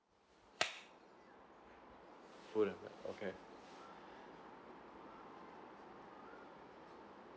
food and beverage okay